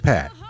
Pat